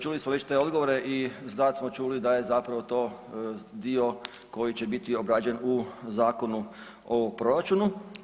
Čuli smo već te odgovore i sad smo čuli da je zapravo to dio koji će biti obrađen u Zakonu o proračunu.